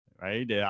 right